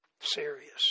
Serious